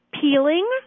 peeling